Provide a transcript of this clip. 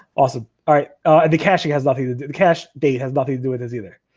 awesome. all right, and the caching has nothing to do the cache date has nothing to do with this either?